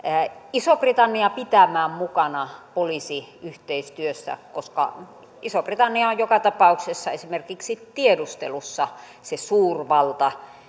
iso britannia pitämään mukana poliisiyhteistyössä koska iso britannia on joka tapauksessa esimerkiksi tiedustelussa se suurvalta